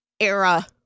era